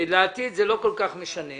לעתיד זה לא כל כך משנה.